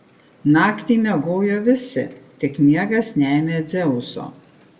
naktį miegojo visi tik miegas neėmė dzeuso